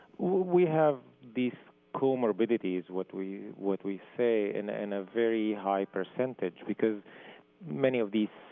we have these comorbidities what we what we say in a in a very high percentage because many of these